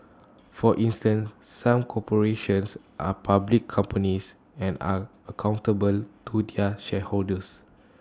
for instance some corporations are public companies and are accountable to their shareholders